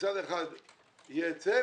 שמצד אחד יהיה היצף,